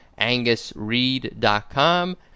AngusReed.com